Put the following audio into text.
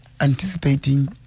anticipating